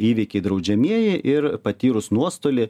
įvykiai draudžiamieji ir patyrus nuostolį